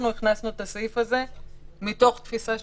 הכנסנו את הסעיף הזה מתוך תפיסה שירותית,